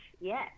Yes